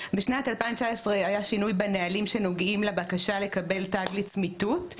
היה שינוי בנהלים שנוגעים לבקשה לקבל תג לצמיתות,